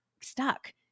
stuck